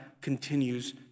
continues